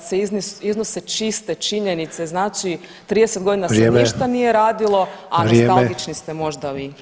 se iznose čiste činjenice, znači 30 godina se ništa nije radilo, [[Upadica Sanader: Vrijeme.]] a nostalgični ste možda vi.